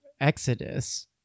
Exodus